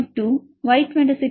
2 Y26D 2